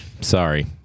Sorry